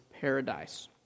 paradise